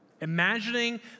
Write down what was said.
Imagining